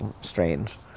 strange